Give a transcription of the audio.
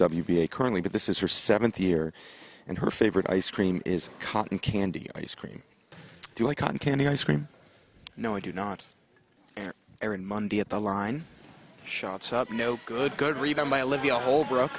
a currently but this is her seventh year and her favorite ice cream is cotton candy ice cream do you like on candy ice cream no i do not and erin monday at the line shots up no good good read on my libya holbrook